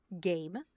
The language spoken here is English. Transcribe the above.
game